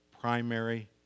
primary